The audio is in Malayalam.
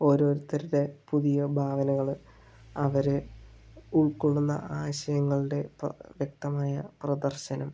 ഓരോരുത്തരുടെ പുതിയ ഭാവനകൾ അവരെ ഉൾക്കൊള്ളുന്ന ആശയങ്ങളുടെ വ്യക്തമായ പ്രദർശനം